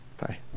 Bye